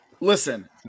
Listen